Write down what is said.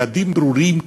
יעדים ברורים,